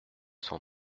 cent